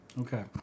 Okay